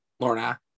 Lorna